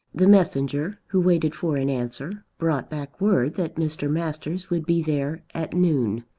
the messenger who waited for an answer, brought back word that mr. masters would be there at noon.